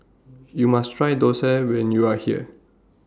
YOU must Try Thosai when YOU Are here